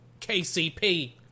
KCP